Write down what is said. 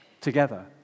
together